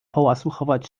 połasuchować